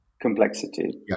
complexity